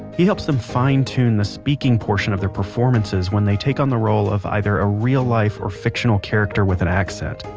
he helps them fine tune the speaking portion of their performances when they take on the role of either a real-life or fictional character with an accent.